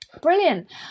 brilliant